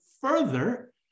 further